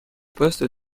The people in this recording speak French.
poste